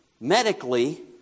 Medically